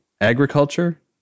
Agriculture